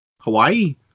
Hawaii